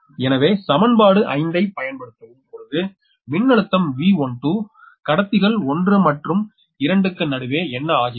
எனவே சமன்பாடு 5 ஐ பயன்படுத்தும் பொழுது மின்னழுத்தம் V12 கடத்திகள் 1 மற்றும் 2 க்கு நடுவே என்ன ஆகிறது